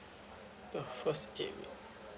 the first eight week